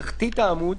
בתחתית העמוד,